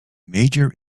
major